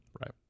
Right